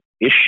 issue